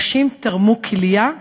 אנשים תרמו כליה,